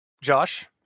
Josh